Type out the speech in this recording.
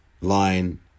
line